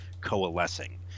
coalescing